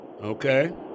Okay